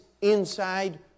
inside